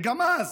וגם אז,